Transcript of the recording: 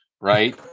right